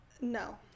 no